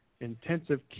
intensive